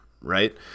right